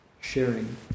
sharing